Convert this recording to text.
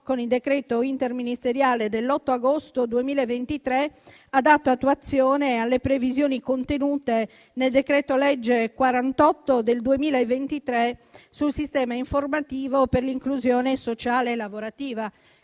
con il decreto interministeriale dell'8 agosto 2023, ha dato attuazione alle previsioni contenute nel decreto-legge n. 48 del 2023 sul sistema informativo per l'inclusione sociale e lavorativa.